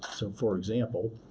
so, for example,